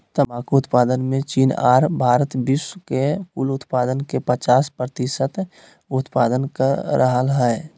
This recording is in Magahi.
तंबाकू उत्पादन मे चीन आर भारत विश्व के कुल उत्पादन के पचास प्रतिशत उत्पादन कर रहल हई